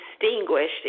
distinguished